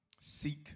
seek